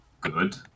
good